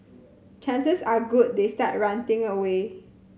chances are good they start ranting away